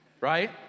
right